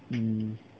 mm